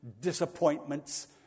disappointments